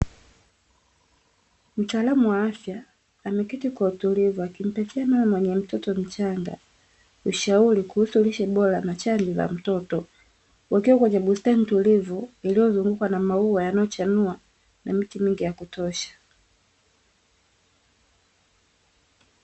Mtaalam wa afya ameketi kwa utulivu akimpatia mama mwenye mtoto mchanga ushauri kuusu lishe bora na chanjo za mtoto, wakiwa kwenye bustani tulivu iliyozungukwa na maua yaliyochanua na miti ya kutosha.